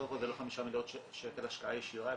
קודם כל זה לא חמישה מיליארד שקל השקעה ישירה -- סבסוד.